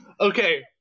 Okay